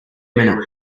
minute